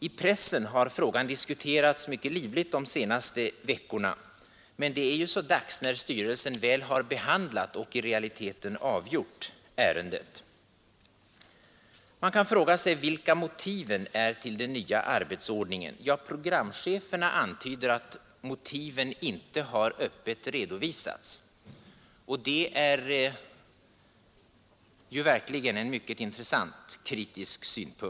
I pressen har frågan diskuterats mycket livligt de senaste veckorna, men det är ju så dags när styrelsen just har behandlat och i realiteten avgjort ärendet. Man kan fråga sig vilka motiven är till den nya arbetsordningen. Ja, programcheferna antyder att motiven inte öppet har redovisats, och det är verkligen en mycket intressant invändning.